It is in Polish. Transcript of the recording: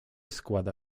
składa